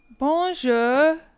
Bonjour